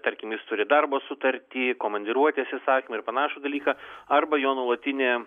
tarkim jis turi darbo sutartį komandiruotės įsakymą ir panašų dalyką arba jo nuolatinė